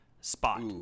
spot